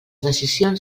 decisions